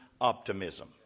optimism